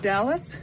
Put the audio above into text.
Dallas